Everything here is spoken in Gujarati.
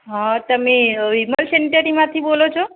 હા તમે વિમલ સેનેટરીમાંથી બોલો છો